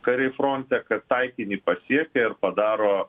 kariai fronte kad taikinį pasiekia ir padaro